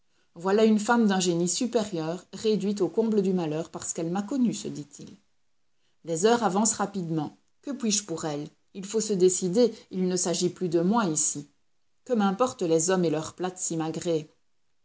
voilà une femme d'un génie supérieur réduite au comble du malheur parce qu'elle m'a connu se dit-il les heures avancent rapidement que puis-je pour elle il faut se décider il ne s'agit plus de moi ici que m'importent les hommes et leurs plates simagrées